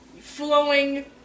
flowing